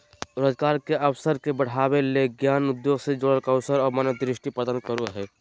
रोजगार के अवसर के बढ़ावय ले ज्ञान उद्योग से जुड़ल कौशल और मनोदृष्टि प्रदान करो हइ